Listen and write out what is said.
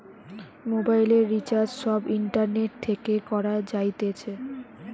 মোবাইলের রিচার্জ সব ইন্টারনেট থেকে করা যাইতেছে